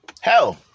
Hell